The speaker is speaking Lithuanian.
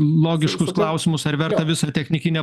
logiškus klausimus ar verta visą technikinę